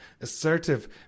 Assertive